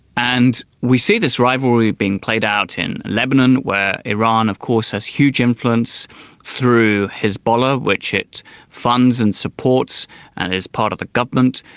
and we see this rivalry being played out in lebanon, where iran of course has huge influence through hezbollah, which it funds and supports and is part of the government.